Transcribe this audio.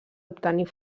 obtenir